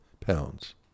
pounds